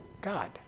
God